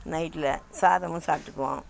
நைட்டில் சாதமும் சாப்பிட்டுக்குவோம்